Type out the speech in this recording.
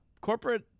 Corporate